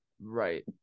right